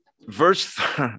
Verse